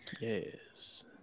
yes